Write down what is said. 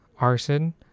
arson